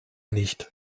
nicht